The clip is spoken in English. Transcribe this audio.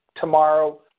tomorrow